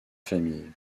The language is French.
famille